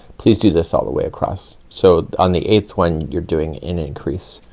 please do this all the way across. so on the eighth one you're doing an increase.